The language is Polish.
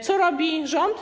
Co robi rząd?